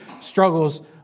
struggles